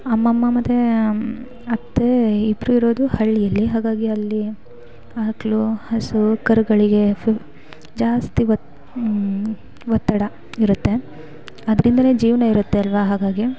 ಅಮ್ಮಮ್ಮ ಮತ್ತು ಅತ್ತೆ ಇಬ್ಬರು ಇರೋದು ಹಳ್ಳಿಯಲ್ಲಿ ಹಾಗಾಗಿ ಅಲ್ಲಿ ಆಕಳು ಹಸು ಕರುಗಳಿಗೆ ಫು ಜಾಸ್ತಿ ಒತ್ತು ಒತ್ತಡ ಇರುತ್ತೆ ಅದ್ರಿಂದಲೇ ಜೀವನ ಇರುತ್ತೆ ಅಲ್ಲವಾ ಹಾಗಾಗಿ